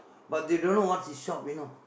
but they don't know what's this shop you know